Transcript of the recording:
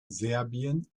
serbien